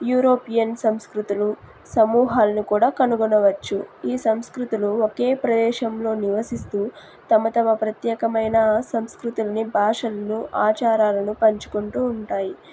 European సంస్కృతులు సమూహాలను కూడా కనుగొనవచ్చు ఈ సంస్కృతులు ఒకే ప్రదేశంలో నివసిస్తూ తమ తమ ప్రత్యేకమైన సంస్కృతుల్ని భాషలను ఆచారాలను పంచుకుంటూ ఉంటాయి